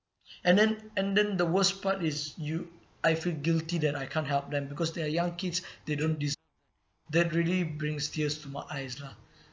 and then and then the worst part is you I feel guilty that I can't help them because they are young kids they don't deserve that really brings tears to my eyes lah